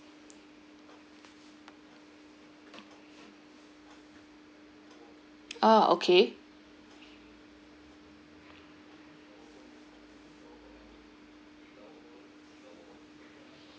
ah okay